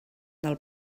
del